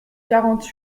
quarante